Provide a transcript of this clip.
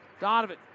Donovan